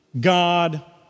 God